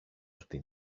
την